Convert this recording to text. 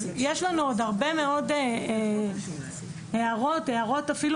יש לנו עוד הרבה מאוד הערות ואפילו